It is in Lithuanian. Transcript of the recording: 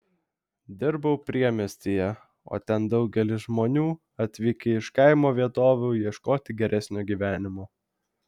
dirbau priemiestyje o ten daugelis žmonių atvykę iš kaimo vietovių ieškoti geresnio gyvenimo